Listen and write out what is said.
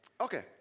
Okay